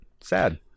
Sad